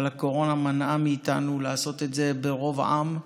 אבל הקורונה מנעה מאיתנו לעשות את זה ברוב עם,